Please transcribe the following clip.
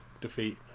defeat